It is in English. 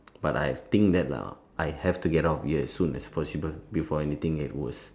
but I think that lah I have to get out of here as soon as possible before anything get worse